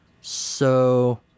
So